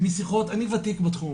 אני ותיק בתחום,